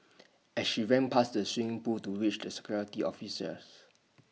as she ran past the swimming pool to reach the security officers